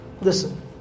listen